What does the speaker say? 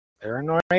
paranoid